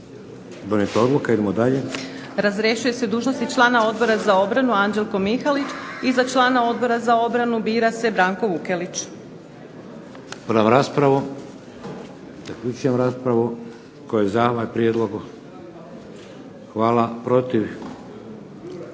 Razrješuje se dužnosti člana Odbora za obranu Anđelko Mihalić, i za člana Odbora za obranu bira se Branko Vukelić. **Šeks, Vladimir (HDZ)** Otvaram raspravu. Zaključujem raspravu. Tko je za ovaj prijedlog? Hvala. Protiv?